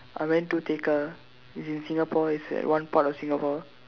I went to Tekka it's in Singapore it's at one part of Singapore